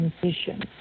transition